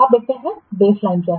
अब देखते हैं कि बेसलाइन क्या है